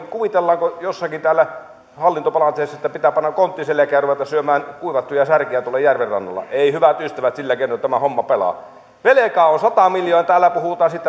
kuvitellaanko jossakin täällä hallintopalatseissa että pitää panna kontti selkään ja ruveta syömään kuivattuja särkiä tuolla järven rannalla ei hyvät ystävät sillä keinoin tämä homma pelaa velkaa on sata miljoonaa ja täällä